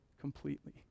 completely